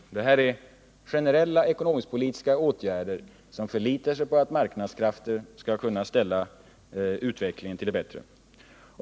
Det här är generella ekonomisk-politiska åtgärder i förlitan på att marknadskrafter skall vända utvecklingen till det bättre.